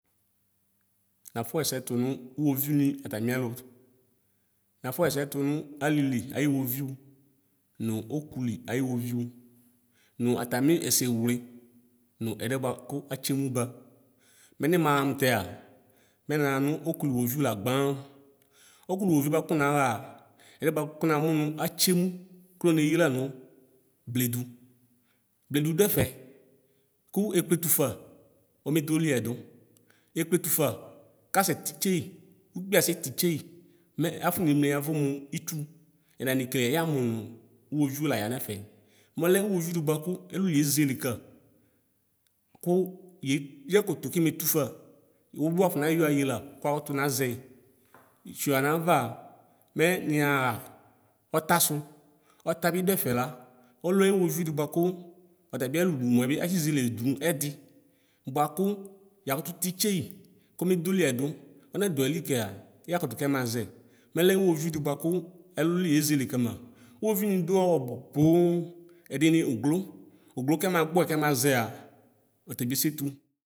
Nafɔxɛsɛ tʋnʋ iwoviʋni atamiɛlo nafɔ xɛsɛ tʋnʋ alilʋ woviʋ ɔkʋli ayi woviʋ nʋ atami ɛsɛ wle nʋ ɛdiɛ bʋakʋ atsi emʋ ba mini maxa mʋtɛa nɛna xanʋ ɔkʋli woviʋ lagba ɔkʋli woviʋ nʋ naxaa ɛdiɛ kʋ namʋnʋ tsiemʋ kʋ neyi lanʋ bledʋ bledʋ dʋɛfɛ kʋ ekpetufa ɔme doli yɛdu ekple tʋfa kasɛtitse yi ukpi asɛ titseyi mɛ afɔne mli yɛvʋ mʋ itsʋ ɛna yimekele yamʋ nʋ uwoviu la yanɛfɛ mɔlɛ uwoviu di bʋakʋ ɛlɛli ezeleka kʋ ye yakutu nazɛ yi tsrɔxa navaa mɛ niyaxa ɔtasʋ ɔtabi dʋ ɛfɛla ɔlɛ uwoviu di bʋakʋ ɔtabi ayiɛlʋmɔ atsizele dʋnʋ ɛdi bʋakʋ yakutu kɛmazɛ malɛ uwovu di bʋakʋ ɛlʋle ezele kama uwini dʋ ɔbʋ poo ɛdini oglo oglo kɛmagbɔɛ kɛmazɛa ɔtabi esetʋ.